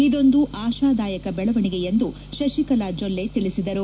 ಇದೊಂದು ಆಶಾದಾಯಕ ಬೆಳವಣಿಗೆ ಎಂದು ಶಶಿಕಲಾ ಜೊಲ್ಲೆ ತಿಳಿಸಿದರು